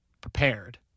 prepared